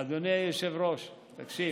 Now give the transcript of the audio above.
היושב-ראש, תקשיב,